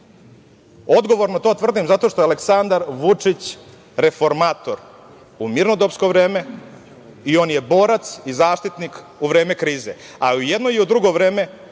duže. Odgovorno to tvrdim zato što je Aleksandar Vučić reformator u mirnodopsko vreme i on je borac i zaštitnik u vreme krize, a u jedno i u drugo vreme